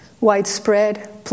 widespread